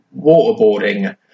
waterboarding